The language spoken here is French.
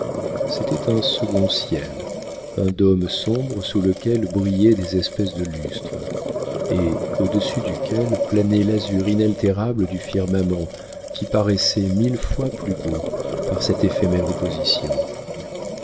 c'était un second ciel un dôme sombre sous lequel brillaient des espèces de lustres et au-dessus duquel planait l'azur inaltérable du firmament qui paraissait mille fois plus beau par cette éphémère opposition